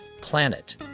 planet